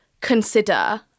consider